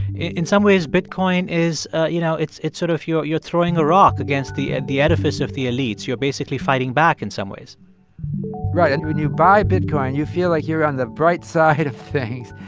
in some ways, bitcoin is you know, it's it's sort of you're you're throwing a rock against the ah the edifice of the elites. you're basically fighting back in some ways right. and when you buy bitcoin, you feel like you're on the bright side of things.